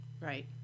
Right